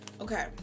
Okay